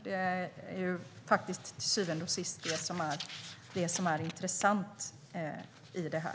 Det är till syvende och sist detta som är intressant här.